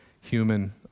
human